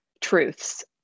truths